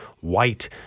white